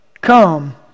Come